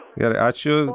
gerai ačiū